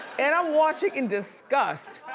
and i'm watching in disgust.